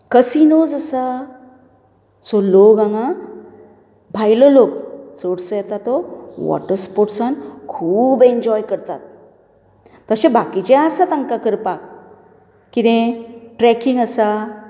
casinos आसा सो लोक हांगा भायलो लोक चडसो येता तो वॉटर स्पोर्ट्सांत खूब एनजॉय करतात तशें बाकीचें आसा तांकां करपाक कितें ट्रॅकींग आसा